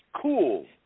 Cool